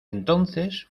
entonces